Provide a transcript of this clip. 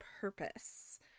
purpose